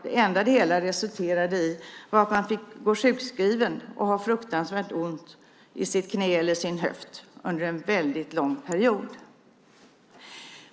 Det enda detta resulterade i var att man fick gå sjukskriven och ha fruktansvärt ont i sitt knä eller i sin höft under en väldigt lång period.